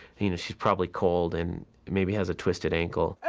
you know, she's probably cold and maybe has a twisted ankle.